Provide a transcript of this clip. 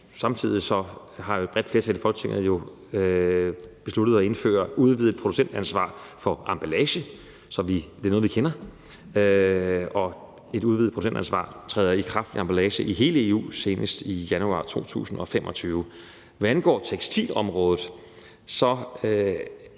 Samtidig har et bredt flertal i Folketinget jo besluttet at indføre udvidet producentansvar for emballage, så det er noget, vi kender, og det udvidede producentansvar for emballage træder i kraft i hele EU senest i januar 2025. Hvad angår tekstilområdet,